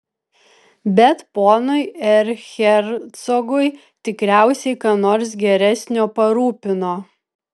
bet ponui erchercogui tikriausiai ką nors geresnio parūpino